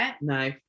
no